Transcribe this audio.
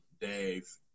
Dave